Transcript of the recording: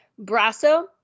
Brasso